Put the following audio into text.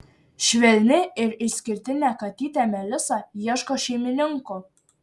švelni ir išskirtinė katytė melisa ieško šeimininkų